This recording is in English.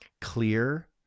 clear